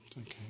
Okay